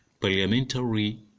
Parliamentary